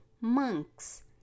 monks